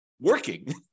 working